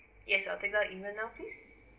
yes can I have your email now please